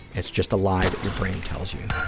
it's just a lie that your brain tells you.